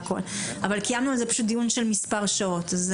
קיימנו על זה דיון שארך מספר שעות.